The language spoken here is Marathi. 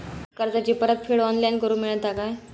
कर्जाची परत फेड ऑनलाइन करूक मेलता काय?